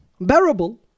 bearable